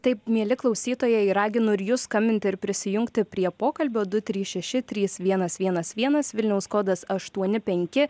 taip mieli klausytojai raginu ir jus skambinti ir prisijungti prie pokalbio du trys šeši trys vienas vienas vienas vilniaus kodas aštuoni penki